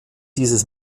dieses